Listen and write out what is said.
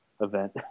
event